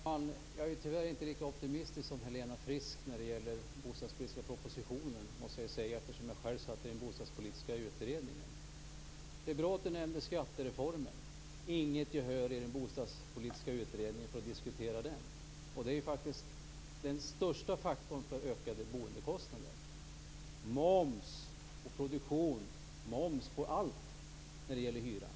Herr talman! Jag är tyvärr inte lika optimistisk som Helena Frisk när det gäller den bostadspolitiska propositionen, eftersom jag själv satt i den bostadspolitiska utredningen. Skattereformen nämndes. Det fanns i den bostadspolitiska utredningen inget gehör för att diskutera den. Det är den största faktorn för ökade boendekostnader. Det är moms på produktion och moms på allt när det gäller hyran.